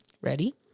Ready